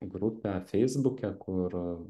grupę feisbuke kur